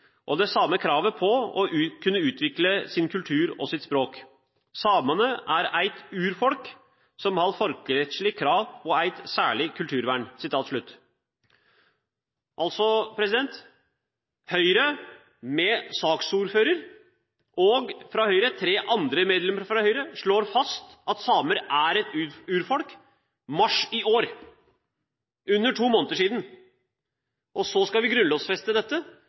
og det same kravet på å kunne utvikle sin kultur og sitt språk. Samane er eit urfolk som har folkerettsleg krav på eit særleg kulturvern.» Altså: Høyre med saksordføreren og tre andre medlemmer fra Høyre slår i mars i år fast at samer er et urfolk – for under to måneder siden. Så skal vi